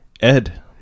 Ed